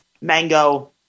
mango